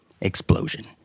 Explosion